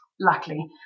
luckily